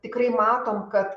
tikrai matom kad